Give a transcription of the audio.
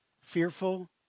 Fearful